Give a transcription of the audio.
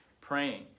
praying